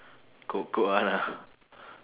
qu~ quran ah